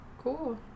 Cool